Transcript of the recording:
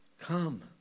Come